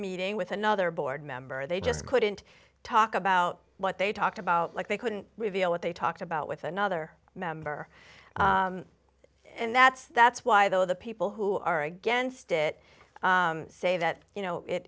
meeting with another board member they just couldn't talk about what they talked about like they couldn't reveal what they talked about with another member and that's that's why though the people who are against it say that you know it